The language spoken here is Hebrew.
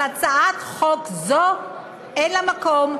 אבל הצעת חוק זו אין לה מקום,